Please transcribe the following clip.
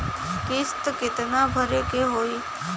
किस्त कितना भरे के होइ?